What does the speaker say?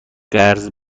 قرض